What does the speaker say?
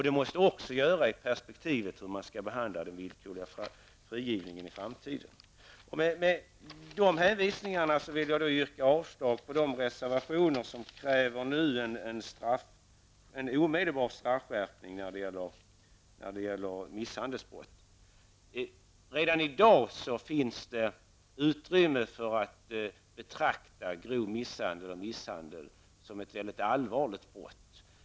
Det måste också göras i perspektivet av hur man skall förhålla sig till den villkorliga frigivningen i framtiden. Med dessa hänvisningar yrkar jag avslag på de reservationer i vilka krävs en omedelbar straffskärpning av misshandelsbrott. Redan i dag finns utrymme för att betrakta grov misshandel och misshandel som mycket allvarliga brott.